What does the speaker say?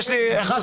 יש לי הכנסות.